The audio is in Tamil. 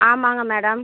ஆமாங்க மேடம்